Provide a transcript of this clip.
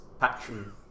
Patron